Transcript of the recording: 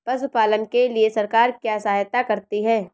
पशु पालन के लिए सरकार क्या सहायता करती है?